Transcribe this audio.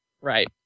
Right